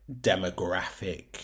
demographic